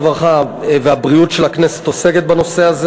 הרווחה והבריאות של הכנסת עוסקת בזה,